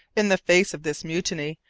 in the face of this mutiny,